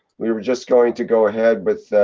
we were just going to go ahead with.